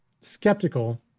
skeptical